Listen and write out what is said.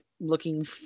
looking